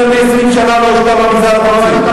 יותר מ-20 שנה לא הושקע במגזר הדרוזי.